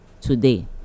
today